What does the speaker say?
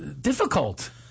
Difficult